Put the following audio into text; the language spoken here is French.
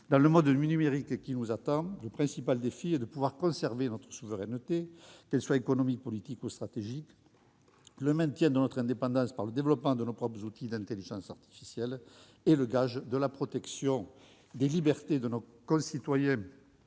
Dans le monde numérique qui nous attend, le principal défi est de pouvoir conserver notre souveraineté, qu'elle soit économique, politique ou stratégique. Le maintien de notre indépendance par le développement de nos propres outils d'intelligence artificielle est le gage de la protection des libertés de nos concitoyens,